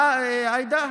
מה, עאידה?